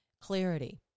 clarity